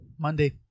Monday